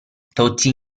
thirty